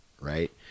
right